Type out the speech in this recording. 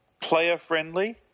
player-friendly